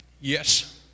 Yes